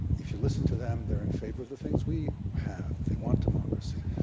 if you listen to them, they're in favor of the things we have. they want democracy.